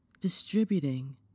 distributing